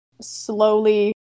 slowly